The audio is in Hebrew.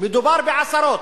מדובר בעשרות,